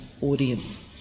audience